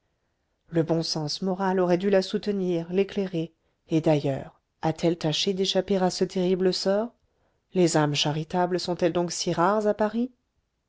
le bon sens moral aurait dû la soutenir l'éclairer et d'ailleurs a-t-elle tâché d'échapper à cet horrible sort les âmes charitables sont-elles donc si rares à paris